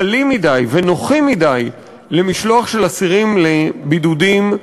קלים מדי ונוחים מדי למשלוח של אסירים לבידודים,